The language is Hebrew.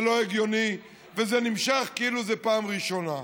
זה לא הגיוני וזה נמשך כאילו זה פעם ראשונה.